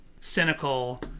cynical